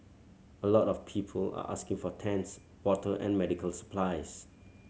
a lot of people are asking for tents water and medical supplies